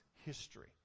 history